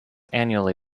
annually